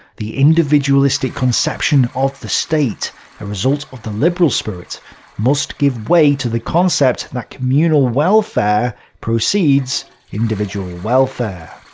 the individualistic conception of the state a result of the liberal spirit must give way to the concept that communal welfare precedes individual welfare.